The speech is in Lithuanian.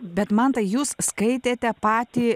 bet man tai jūs skaitėte patį